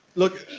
look,